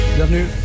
Bienvenue